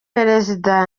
perezida